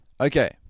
Okay